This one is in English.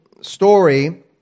story